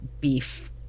beef